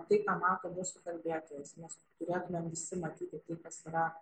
tai ką mato mūsų kalbėtojas mes turėtumėm visi matyti tai kas yra